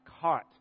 caught